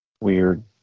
weird